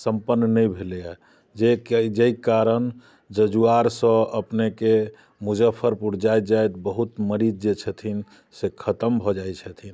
संपन्न नहि भेलैए जाहि जाहि कारण जजुआरसँ अपनेके मुजफ्फरपुर जाइत जाइत बहुत मरीज जे छथिन से खतम भऽ जाइत छथिन